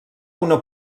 una